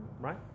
right